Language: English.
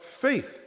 faith